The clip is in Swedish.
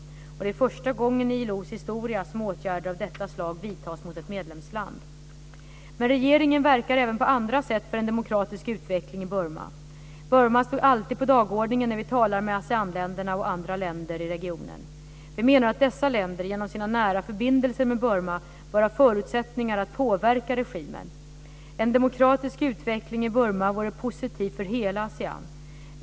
Det är första gången i ILO:s historia som åtgärder av detta slag vidtas mot ett medlemsland. Men regeringen verkar även på andra sätt för en demokratisk utveckling i Burma. Burma står alltid på dagordningen när vi talar med Aseanländerna och andra länder i regionen. Vi menar att dessa länder genom sina nära förbindelser med Burma bör ha förutsättningar att påverka regimen. En demokratisk utveckling i Burma vore positiv för hela Asean.